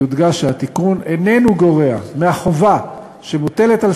יודגש שהתיקון איננו גורע מהחובה שמוטלת על